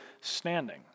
standing